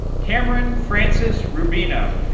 cameron frances rubino